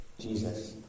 Jesus